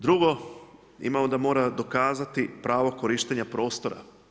Drugo, imamo da mora dokazati pravo korištenja prostora.